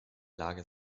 lage